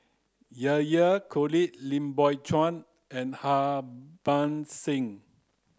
Yahya Cohen Lim Biow Chuan and Harbans Singh